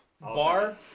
Bar